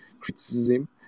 criticism